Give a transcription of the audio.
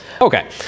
Okay